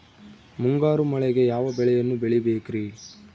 ಮುಂಗಾರು ಮಳೆಗೆ ಯಾವ ಬೆಳೆಯನ್ನು ಬೆಳಿಬೇಕ್ರಿ?